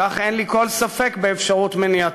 כך אין לי כל ספק באפשרות מניעתה.